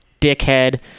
dickhead